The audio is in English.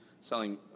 selling